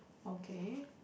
okay